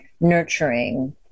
nurturing